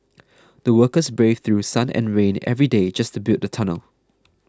the workers braved through sun and rain every day just to build the tunnel